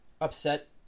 upset